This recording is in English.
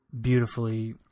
beautifully